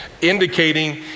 indicating